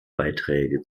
beiträge